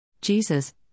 Jesus